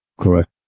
Correct